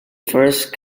first